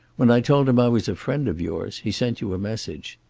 when i told him i was a friend of yours, he sent you a message.